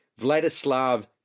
Vladislav